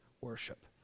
worship